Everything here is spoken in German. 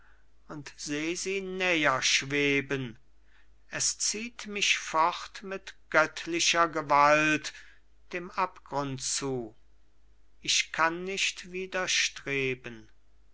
näher schweben es zieht mich fort mit göttlicher gewalt dem abgrund zu ich kann nicht